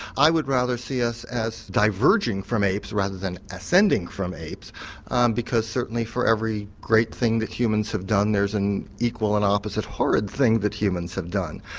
i would rather see us as diverging from apes rather than ascending from apes because certainly for every great thing that humans have done there's an equal and opposite horrid thing that humans have done.